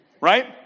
right